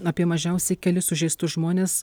apie mažiausiai kelis sužeistus žmones